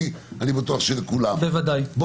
אלא לכולם במקרה של זר שנשוי לישראלית.